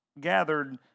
gathered